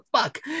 fuck